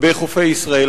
בחופי ישראל.